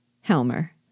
Helmer